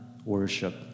Worship